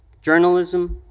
journalism,